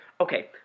Okay